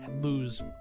lose